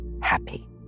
happy